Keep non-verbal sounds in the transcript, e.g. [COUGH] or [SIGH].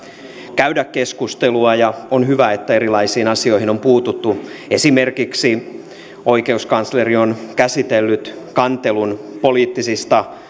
käydä keskustelua ja on hyvä että erilaisiin asioihin on puututtu esimerkiksi oikeuskansleri on käsitellyt kantelun poliittisista [UNINTELLIGIBLE]